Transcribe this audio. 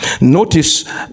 Notice